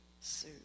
suit